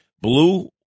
blue